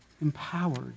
empowered